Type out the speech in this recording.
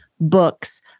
books